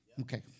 Okay